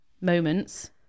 moments